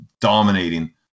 dominating